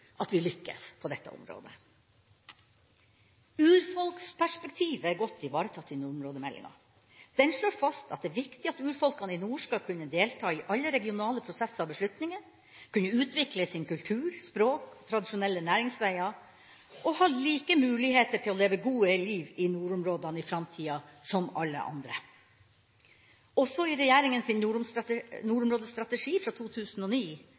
at vi lykkes på dette området. Urfolksperspektivet er godt ivaretatt i nordområdemeldinga. Den slår fast at det er viktig at urfolkene i nord skal kunne delta i alle regionale prosesser og beslutninger, kunne utvikle sin kultur, sitt språk, sine tradisjonelle næringsveier og ha like muligheter til å leve gode liv i nordområdene i framtida som alle andre. Også i regjeringas nordområdestrategi fra 2009